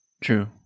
True